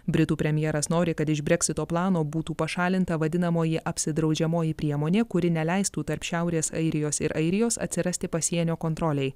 britų premjeras nori kad iš breksito plano būtų pašalinta vadinamoji apsidraudžiamoji priemonė kuri neleistų tarp šiaurės airijos ir airijos atsirasti pasienio kontrolei